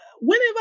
Whenever